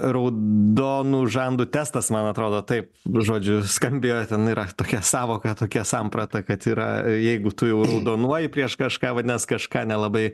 raudonų žandų testas man atrodo taip žodžiu skambėjo ten yra tokia sąvoka tokia samprata kad yra jeigu tu jau raudonuoji prieš kažką vadinas kažką nelabai